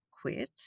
quit